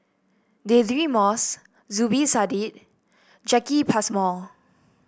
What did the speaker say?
Deirdre Moss Zubir Said Jacki Passmore